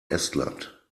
estland